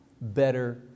better